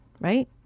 right